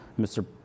Mr